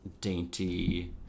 Dainty